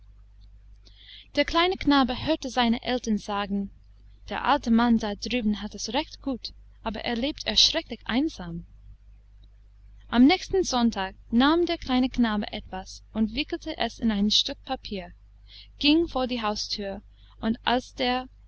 der kleine knabe hörte seine eltern sagen der alte mann da drüben hat es recht gut aber er lebt erschrecklich einsam am nächsten sonntag nahm der kleine knabe etwas und wickelte es in ein stück papier ging vor die hausthür und als der